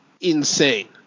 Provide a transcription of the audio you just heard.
insane